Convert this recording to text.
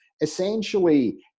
essentially